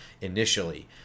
initially